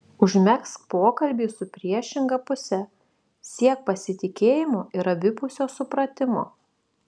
užmegzk pokalbį su priešinga puse siek pasitikėjimo ir abipusio supratimo